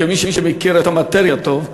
כמי שמכיר את המאטריה טוב,